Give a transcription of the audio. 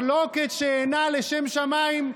מחלוקת שאינה לשם שמיים.